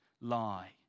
lie